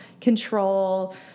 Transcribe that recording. control